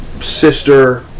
sister